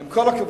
עם כל הכבוד.